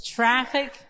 traffic